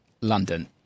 London